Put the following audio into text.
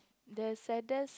the saddest